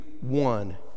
one